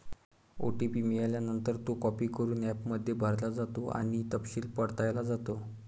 OTP मिळाल्यानंतर, तो copy करून ॲपमध्ये भरला जातो आणि तपशील पडताळला जातो